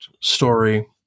story